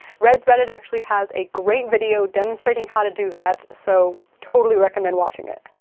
redthreaded actually has a great video demonstrating how to do that, so totally recommend watching it.